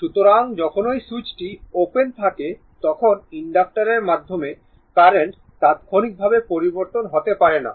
সুতরাং যখন সুইচটি ওপেন থাকে তখন ইনডাক্টরের মাধ্যমে কারেন্ট তাৎক্ষণিকভাবে পরিবর্তন হতে পারে না